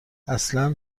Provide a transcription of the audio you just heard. اصلن